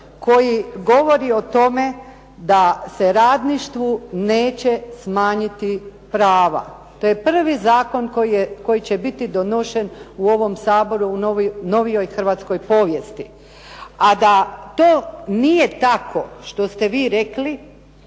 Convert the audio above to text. koji govori o tome da se radništvu neće smanjiti prava. To je prvi zakon koji će biti donošen u ovom Saboru u novijoj hrvatskoj povijesti. A da to nije tako što ste vi rekli,